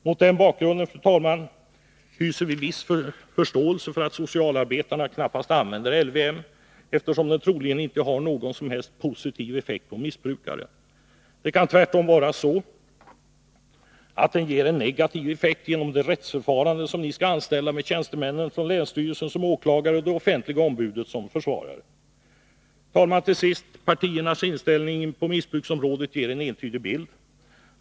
Mot den bakgrunden hyser vi viss förståelse för att socialarbetarna knappast använder LVM, eftersom den troligen inte har någon som helst positiv effekt på missbrukaren. Det kan tvärtom vara så att den ger en negativ effekt genom det rättsförfarande som ni vill anställa med tjänstemännen från länsstyrelsen som åklagare och det offentliga ombudet som försvarare. Fru talman! Partiernas inställning på missbruksområdet ger en entydig bild.